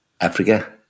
Africa